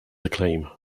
acclaim